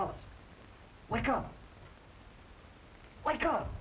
oh my god oh my god